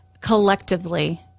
collectively